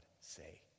say